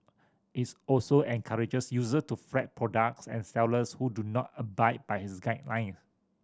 its also encourages user to flag products and sellers who do not abide by his guideline